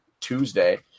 Tuesday